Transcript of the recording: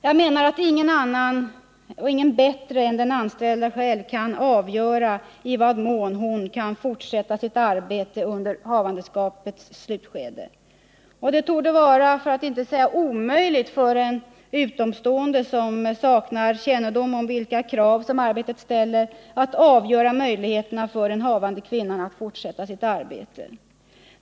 Jag menar att ingen bättre än den anställda själv kan avgöra i vad mån hon kan fortsätta sitt arbete under havandeskapets slutskede. Det torde vara omöjligt för en utomstående, som saknar kännedom om vilka krav arbetet ställer, att avgöra möjligheterna för en havande kvinna att fortsätta sitt arbete.